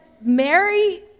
Mary